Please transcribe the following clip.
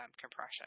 compression